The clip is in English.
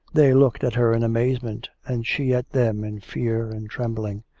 they looked at her in amazement, and she at them in fear and trembling.